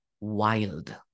wild